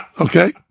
Okay